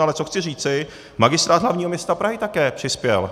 Ale co chci říci, Magistrát hlavního města Prahy také přispěl.